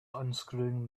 unscrewing